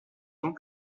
tant